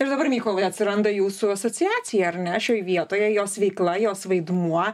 ir dabar mykolai atsiranda jūsų asociacija ar ne šioj vietoje jos veikla jos vaidmuo